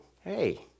hey